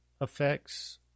effects